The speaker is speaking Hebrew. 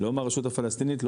לא מהרשות הפלסטינית,